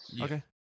Okay